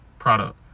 product